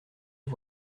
les